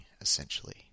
essentially